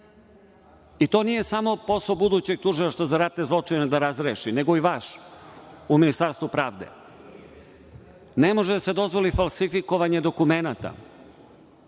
To nije samo posao budućeg Tužilaštva za ratne zločine da razreši, nego i vaš u Ministarstvu pravde. Ne može da se dozvoli falsifikovanje